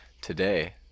Today